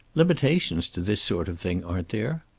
limitations to this sort of thing, aren't there?